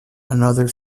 another